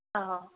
ꯑꯥ